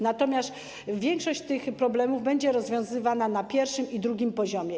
Natomiast większość tych problemów będzie rozwiązywana na pierwszym i drugim poziomie.